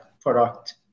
product